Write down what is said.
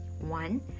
One